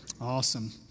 Awesome